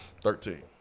Thirteen